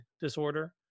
disorder